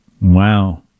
Wow